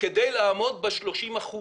כדי לעמוד ב-30 אחוזים.